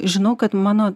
žinau kad mano